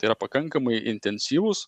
tai yra pakankamai intensyvus